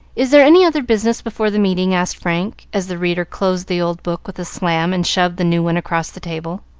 is there any other business before the meeting? asked frank, as the reader closed the old book with a slam and shoved the new one across the table.